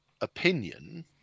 opinion